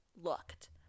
looked